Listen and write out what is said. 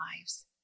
lives